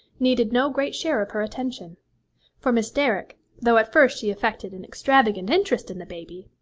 needed no great share of her attention for miss derrick, though at first she affected an extravagant interest in the baby,